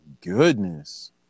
goodness